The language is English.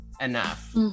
enough